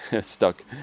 stuck